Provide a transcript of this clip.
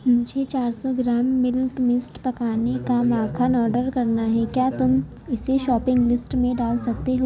مجھے چار سو گرام ملک مسٹ پکانے کا ماکھن آڈر کرنا ہے کیا تم اسے شاپنگ لیسٹ میں ڈال سکتے ہو